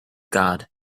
god